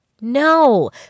no